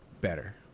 Better